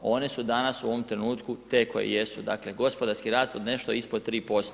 One su danas u ovom trenutku te koje jesu, dakle, gospodarski rast od nešto ispod 3%